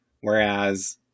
Whereas